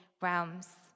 realms